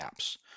apps